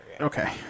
Okay